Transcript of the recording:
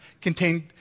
contained